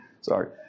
Sorry